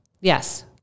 Yes